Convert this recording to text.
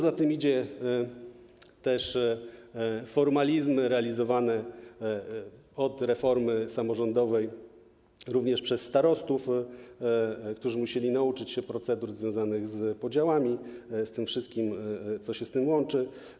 Za tym idą też formalizmy realizowane od reformy samorządowej również przez starostów, którzy musieli nauczyć się procedur związanych z podziałami, z tym wszystkim, co się z tym łączy.